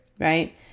Right